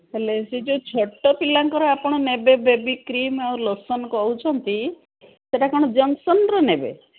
ହେଲେ ସେ ଯେଉଁ ଛୋଟ ପିଲାଙ୍କର ଆପଣ ନେବେ ବେବି କ୍ରିମ୍ ଆଉ ଲୋସନ୍ କହୁଛନ୍ତି ସେଇଟା କ'ଣ ଜନ୍ସନ୍ର ନେବେ